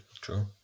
true